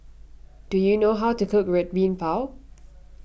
do you know how to cook Red Bean Bao